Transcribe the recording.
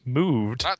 moved